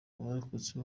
abarokotse